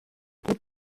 gut